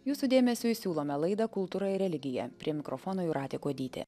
jūsų dėmesiui siūlome laidą kultūra ir religija prie mikrofono jūratė kuodytė